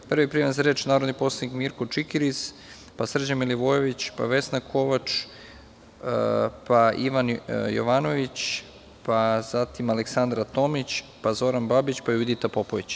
Prvi prijavljeni za reč je narodni poslanik Mirko Čikiriz, pa Srđan Milivojević, pa Vesna Kovač, pa Ivan Jovanović, zatim Aleksandra Tomić, pa Zoran Babić, pa Judita Popović.